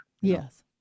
Yes